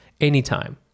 anytime